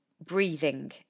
breathing